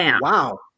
Wow